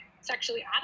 sexually